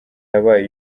yabaye